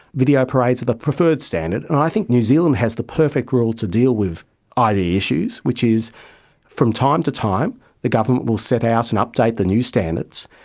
video parades are the preferred standard, and i think new zealand has the perfect rule to deal with id issues, which is from time to time the government will set out and update the new standards,